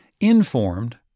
informed